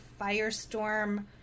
firestorm